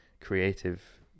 creative